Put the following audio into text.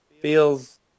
feels